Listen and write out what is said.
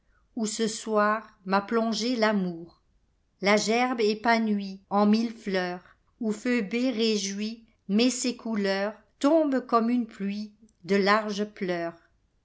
où ce soir m'a plongé rauiour la gerbe épanouie en mille fleurs où phœbé réjouie met ses couleurs tombe comme une pluie de larges pleurs